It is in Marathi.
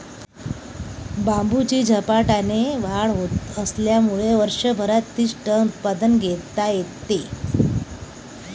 बांबूची झपाट्याने वाढ होत असल्यामुळे वर्षभरात तीस टन उत्पादन घेता येते